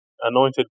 anointed